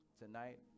tonight